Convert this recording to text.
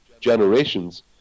generations